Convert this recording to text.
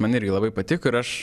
man irgi labai patiko ir aš